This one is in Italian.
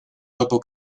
dopo